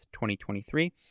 2023